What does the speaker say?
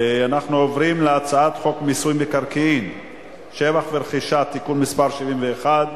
אנחנו עוברים להצעת חוק מיסוי מקרקעין (שבח ורכישה) (תיקון מס' 71),